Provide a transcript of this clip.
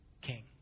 king